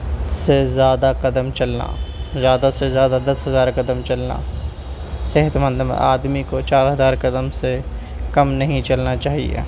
سے زیادہ قدم چلنا زیادہ سے زیادہ دس ہزار قدم چلنا صحت مند آدمی كو چار ہزار قدم سے کم نہیں چلنا چاہیے